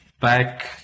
back